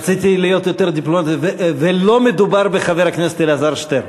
רציתי להיות יותר דיפלומט: ולא מדובר בחבר הכנסת אלעזר שטרן.